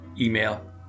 email